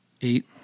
Eight